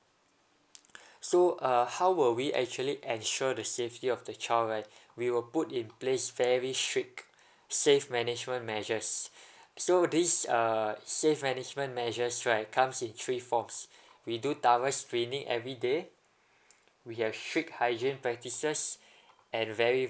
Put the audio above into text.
so uh how will we actually ensure the safety of the child right we will put in place very strict safe management measures so these uh safe management measures right comes in three forms we do double screening every day we have strict hygiene practices and very